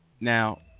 Now